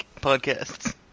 podcasts